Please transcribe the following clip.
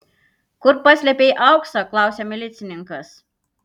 kur paslėpei auksą klausia milicininkas